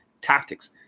tactics